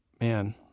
Man